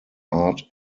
art